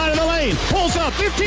lane pulls off